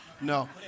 no